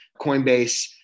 Coinbase